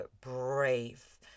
brave